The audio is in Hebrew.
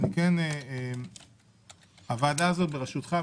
הוועדה בראשותך,